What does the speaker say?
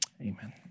Amen